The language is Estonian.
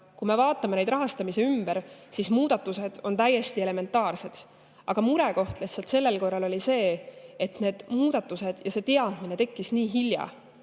kui me [teeme] rahastamise ümber, siis muudatused on täiesti elementaarsed. Aga murekoht lihtsalt sellel korral oli see, et need muudatused ja see teadmine tekkis nii hilja,